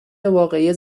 واقعی